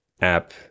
app